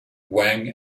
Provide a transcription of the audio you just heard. wang